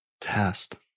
test